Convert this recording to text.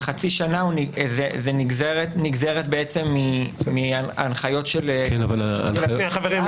חצי שנה זה נגזרת בעצם מההנחיות של היועץ.